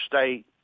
state